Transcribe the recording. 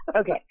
Okay